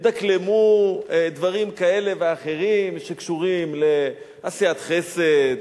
ידקלמו דברים כאלה ואחרים שקשורים לעשיית חסד,